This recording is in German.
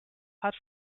hat